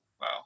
Wow